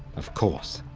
of course,